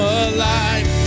alive